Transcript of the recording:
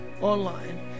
online